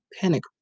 panic